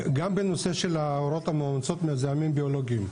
גם בנושא של הוראות המאומצות, מזהמים ביולוגיים.